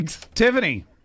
Tiffany